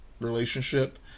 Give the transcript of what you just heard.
relationship